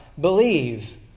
believe